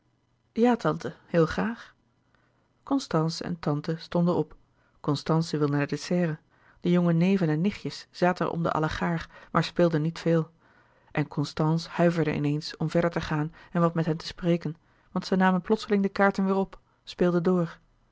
kleine zielen constance en tante stonden op constance wilde naar de serre de jonge neven en nichtjes zaten er om de allegaâr maar speelden niet veel en constance huiverde in eens om verder te gaan en wat met hen te spreken want zij namen plotseling de kaarten weêr op speelden door